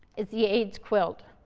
is the aids quilt,